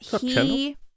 He-